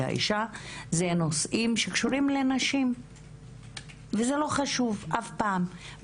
האישה זה נושאים שקשורים לנשים וזה לא חשוב אף פעם.